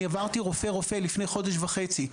אני עברתי רופא-רופא לפני חודש וחצי.